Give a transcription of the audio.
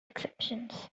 exceptions